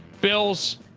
Bills